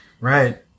Right